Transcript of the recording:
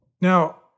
Now